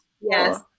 Yes